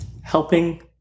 helping